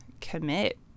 commit